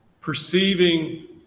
perceiving